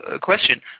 question